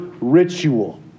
ritual